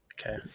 Okay